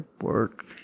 work